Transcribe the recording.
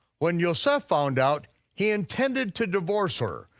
when yoseph found out, he intended to divorce her.